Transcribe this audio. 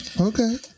okay